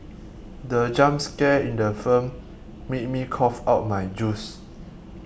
the jump scare in the film made me cough out my juice